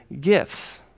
gifts